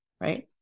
Right